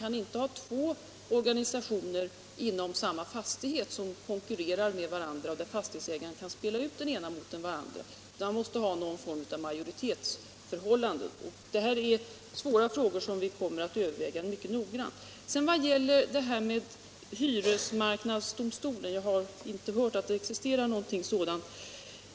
Man kan inte ha två organisationer inom samma fastighet som konkurrerar med varandra, så att fastighetsägaren kan spela ut den ena mot den andra, utan det måste tillämpas någon form av majoritetsförhållande. Detta är svåra frågor, som vi kommer att överväga mycket noggrant. Vad gäller frågan om hyresmarknadsdomstolen har jag inte hört att det skulle existera något sådant organ.